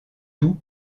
tout